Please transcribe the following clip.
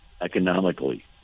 economically